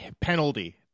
penalty